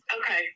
Okay